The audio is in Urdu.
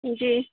جی